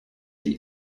die